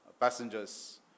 passengers